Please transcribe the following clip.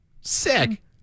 Sick